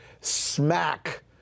smack